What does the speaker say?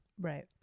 right